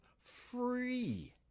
free